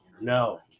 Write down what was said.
no